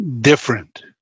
different